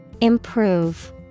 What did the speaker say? Improve